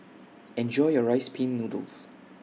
Enjoy your Rice Pin Noodles